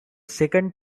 second